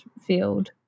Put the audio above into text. field